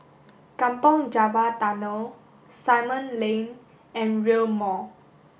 Kampong Java Tunnel Simon Lane and Rail Mall